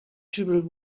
tribal